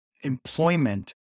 employment